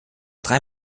drei